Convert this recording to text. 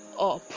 up